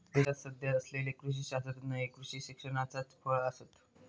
देशात सध्या असलेले कृषी शास्त्रज्ञ हे कृषी शिक्षणाचाच फळ आसत